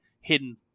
hidden